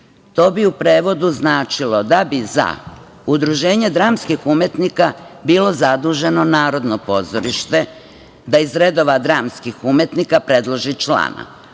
to bi u prevodu značilo da bi za Udruženje dramskih umetnika bilo zaduženo Narodno pozorište da iz redova dramskih umetnika predloži člana.